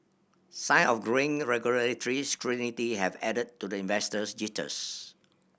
sign of growing regulatory scrutiny have added to the investors jitters